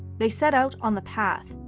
they set out on the path,